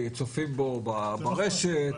צופים בו ברשת,